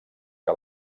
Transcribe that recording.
que